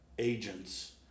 agents